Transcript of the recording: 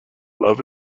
love